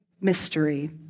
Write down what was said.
mystery